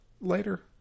later